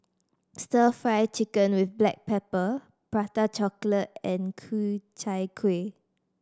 Stir Fry Chicken with black pepper Prata Chocolate and Ku Chai Kuih